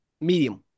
medium